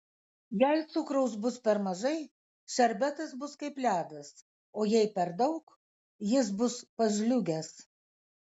jei cukraus bus per mažai šerbetas bus kaip ledas o jei per daug jis bus pažliugęs